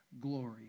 glory